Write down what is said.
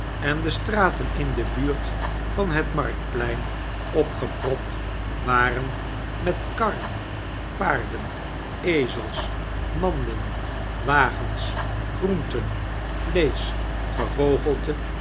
en de straten in de buurt van het marktplein opgepropt waren met karren paarden ezels manden wagens groenten vleesch gevogelte